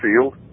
Field